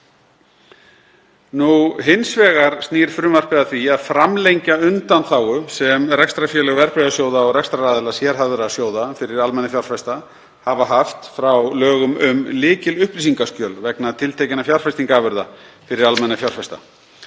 Hins vegar snýr frumvarpið að því að framlengja undanþágu sem rekstrarfélög verðbréfasjóða og rekstraraðila sérhæfðra sjóða fyrir almenna fjárfesta hafa haft frá lögum um lykilupplýsingaskjöl vegna tiltekinna fjárfestingarafurða fyrir almenna fjárfesta.